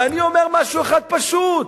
ואני אומר משהו אחד פשוט: